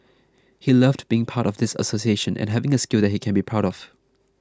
he loved being part of this association and having a skill that he can be proud of